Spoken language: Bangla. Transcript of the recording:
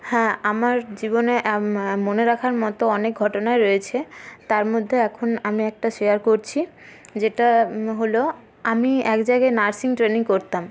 হ্যাঁ আমার জীবনে মনে রাখার মতো অনেক ঘটনাই রয়েছে তার মধ্যে এখন আমি একটা শেয়ার করছি যেটা হলো আমি এক জায়গায় নার্সিং ট্রেনিং করতাম